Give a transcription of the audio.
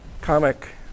comic